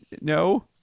No